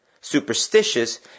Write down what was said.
superstitious